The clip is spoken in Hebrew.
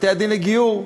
בתי-הדין לגיור.